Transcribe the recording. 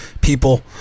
people